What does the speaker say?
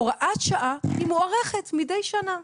הוראת שעה היא מוארכת מידי שנה.